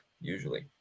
usually